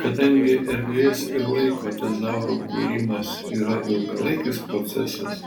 kadangi erdvės ir laiko tezauro kūrimas yra ilgalaikis procesas